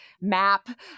map